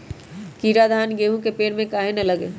कीरा धान, गेहूं के पेड़ में काहे न लगे?